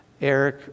Eric